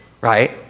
right